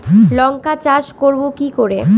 লঙ্কা চাষ করব কি করে?